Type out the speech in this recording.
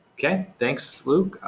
okay, thanks luke.